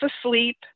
asleep